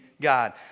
God